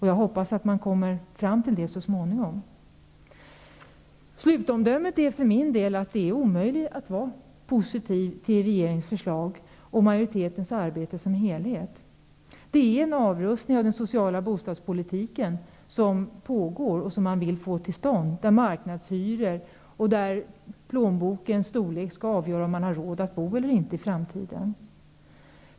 Jag hoppas att man kommer fram till det så småningom. Slutomdömet för min del är att det är omöjligt att vara positiv till regeringens förslag och majoritetens arbete som helhet. Det är en avrustning av den sociala bostadspolitiken som pågår och som man vill få till stånd, där marknadshyror skall införas och där plånbokens storlek skall avgöra om man i framtiden har råd att bo eller inte.